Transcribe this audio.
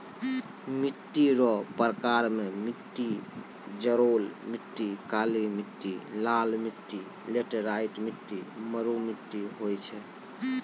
मिट्टी रो प्रकार मे मट्टी जड़ोल मट्टी, काली मट्टी, लाल मट्टी, लैटराईट मट्टी, मरु मट्टी होय छै